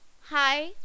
Hi